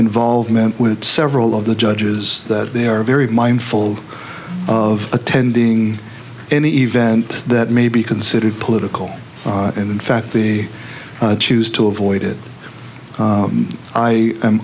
involvement with several of the judges that they are very mindful of attending any event that may be considered political and in fact the choose to avoid it i am